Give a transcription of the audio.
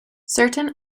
certain